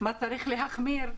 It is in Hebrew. ובמה צריך להחמיר.